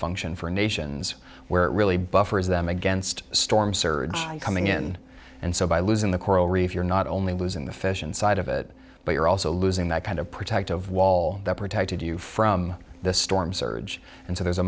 function for nations where it really buffers them against storm surge coming in and so by losing the coral reef you're not only losing the fish inside of it but you're also losing that kind of protective wall that protected you from the storm surge and so there's a